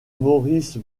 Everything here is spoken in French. maurice